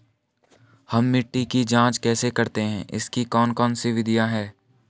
हम मिट्टी की जांच कैसे करते हैं इसकी कौन कौन सी विधियाँ है?